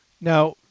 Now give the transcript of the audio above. Now